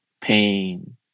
pain